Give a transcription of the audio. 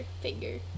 figure